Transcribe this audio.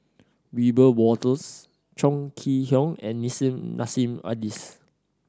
Wiebe Wolters Chong Kee Hiong and Nissim Nassim Adis